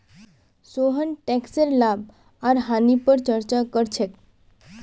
सोहन टैकसेर लाभ आर हानि पर चर्चा कर छेक